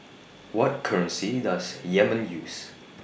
What currency Does Yemen use